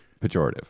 Pejorative